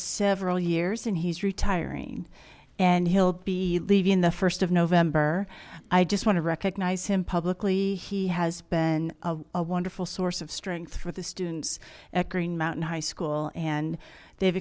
several years and he's retiring and he'll be leaving the st of november i just want to recognize him publicly he has been a wonderful source of strength for the students at green mountain high school and they've